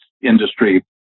industry